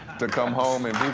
to come home and beat